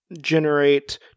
Generate